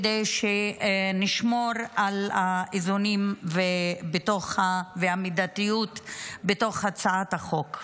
כדי שנשמור על האיזונים והמידתיות בתוך הצעת החוק.